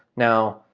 now,